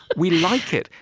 we like it.